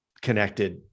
connected